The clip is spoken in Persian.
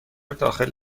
داخل